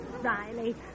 Riley